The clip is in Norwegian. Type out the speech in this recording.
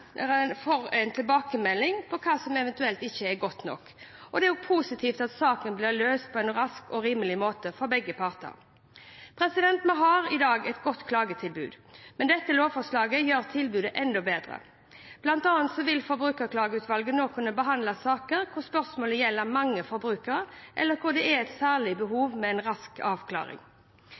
tilbakemelding på hva som eventuelt ikke er godt nok, og det er positivt at saken blir løst på en rask og rimelig måte for begge parter. Vi har i dag et godt klagetilbud, men dette lovforslaget gjør tilbudet enda bedre. Blant annet vil Forbrukerklageutvalget nå kunne behandle saker hvor spørsmålet gjelder mange forbrukere, eller hvor det er et særlig behov for en rask avklaring.